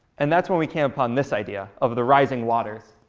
and that's when we came upon this idea of the rising waters.